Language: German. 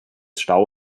stau